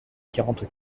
quarante